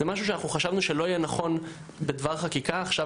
זה משהו שאנחנו חשבנו שלא יהיה נכון בדבר חקיקה עכשיו